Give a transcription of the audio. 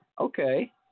Okay